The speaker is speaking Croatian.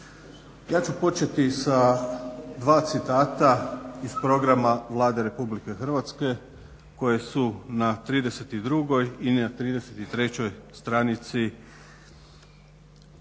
Ja ću početi sa dva citata sa iz Programa Vlade RH koje su na 32. ili na 33. stranici Programa